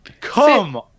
come